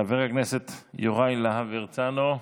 חבר הכנסת יוראי להב הרצנו.